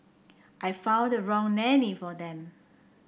I found the wrong nanny for them